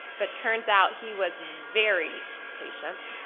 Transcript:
but turns out he was very patient.